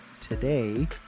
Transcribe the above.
today